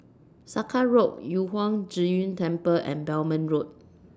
Sakra Road Yu Huang Zhi Zun Temple and Belmont Road